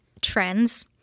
trends